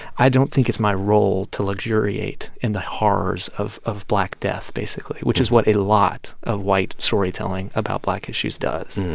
i don't think it's my role to luxuriate in the horrors of of black death, basically, which is what a lot of white storytelling about black issues does.